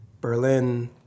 Berlin